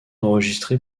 enregistré